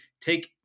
take